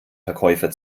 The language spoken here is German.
verkäufer